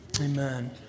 Amen